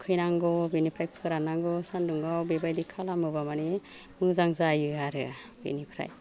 थुखैनांगौ बिनिफ्राय फोराननांगौ सान्दुंआव बेबायदि खालामोबा माने मोजां जायो आरो बेनिफ्राय